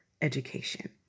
education